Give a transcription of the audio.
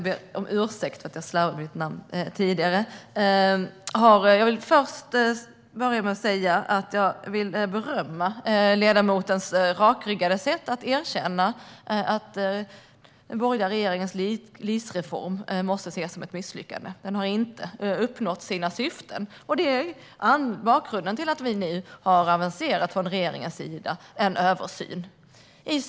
Herr talman! Jag vill börja med att berömma Lars-Arne Staxäng rakryggade sätt att erkänna att den borgerliga regeringens LIS-reform måste ses som ett misslyckande. Den har inte uppnått sina syften. Det är bakgrunden till att vi från regeringens sida nu har aviserat en översyn.